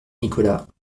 nicolas